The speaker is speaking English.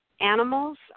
animals